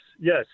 yes